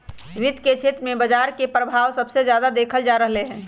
वित्त के क्षेत्र में बजार के परभाव सबसे जादा देखल जा रहलई ह